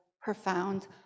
profound